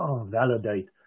validate